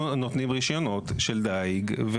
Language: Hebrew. אנחנו נותנים רישיונות של דייג.